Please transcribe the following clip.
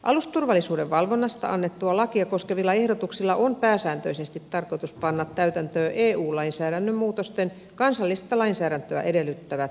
alusturvallisuuden valvonnasta annettua lakia koskevilla ehdotuksilla on pääsääntöisesti tarkoitus panna täytäntöön eu lainsäädännön muutosten kansallista lainsäädäntöä edellyttävät säännökset